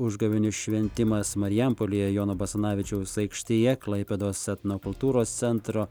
užgavėnių šventimas marijampolėje jono basanavičiaus aikštėje klaipėdos etnokultūros centro